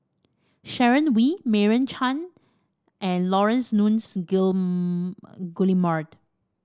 Sharon Wee Meira Chand and Laurence Nunns Guillemard